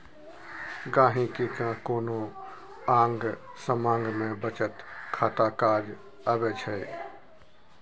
गांहिकी केँ कोनो आँग समाँग मे बचत खाता काज अबै छै